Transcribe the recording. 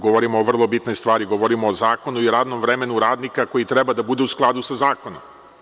Govorimo o vrlo bitnoj stvari, govorimo o zakonu i radnom vremenu radnika koje treba da bude su skladu sa zakonom.